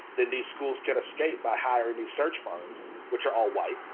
then these schools can escape by hiring these search firms, which are all white,